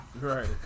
Right